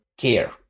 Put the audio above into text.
care